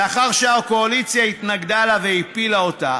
לאחר שהקואליציה התנגדה לה והפילה אותה,